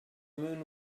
moon